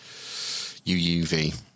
UUV